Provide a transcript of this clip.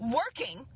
working